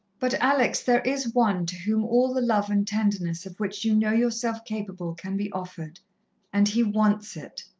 but, alex, there is one to whom all the love and tenderness of which you know yourself capable can be offered and he wants it.